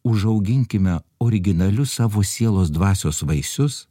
užauginkime originalius savo sielos dvasios vaisius